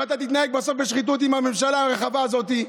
ואתה תתנהג בסוף בשחיתות עם הממשלה הרחבה הזאת.